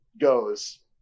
goes